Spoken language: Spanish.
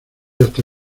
hasta